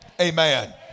Amen